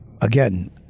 Again